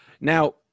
Now